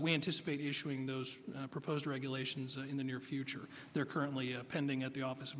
we anticipate issuing those proposed regulations in the near future they're currently pending at the office